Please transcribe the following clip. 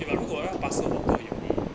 !hey! but 如果然 passer walk 有 need